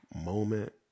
moment